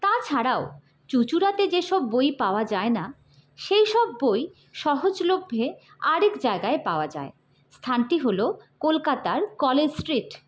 তাছাড়াও চুঁচুড়াতে যেসব বই পাওয়া যায় না সেই সব বই সহজলভ্যে আরেক জায়গায় পাওয়া যায় স্থানটি হলো কলকাতার কলেজ স্ট্রিট